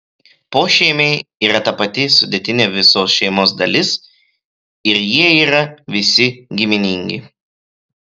pošeimiai yra ta pati sudėtinė visos šeimos dalis ir jie yra visi giminingi